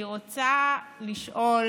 אני רוצה לשאול